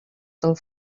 del